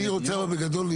אני רוצה לראות בגדול,